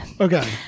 okay